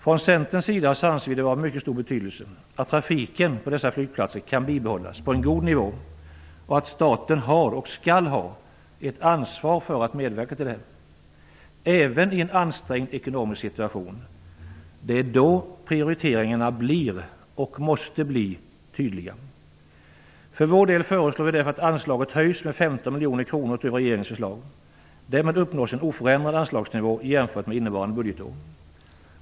Från Centerns sida anser vi det vara av mycket stor betydelse att trafiken på dessa flygplatser kan bibehållas på en god nivå och att staten har, och skall ha, ett ansvar för att medverka till detta, även i en ekonomiskt ansträngd situation. Det är då prioriteringarna blir, och måste bli, tydliga. Vi föreslår därför att anslaget höjs med 15 miljoner kronor utöver regeringens förslag. Därmed uppnås en oförändrad anslagsnivå jämfört med innevarande budgetår.